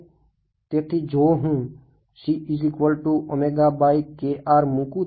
તેથી જો હું મુકું છું